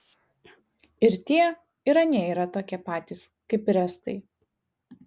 ir tie ir anie yra tokie patys kaip ir estai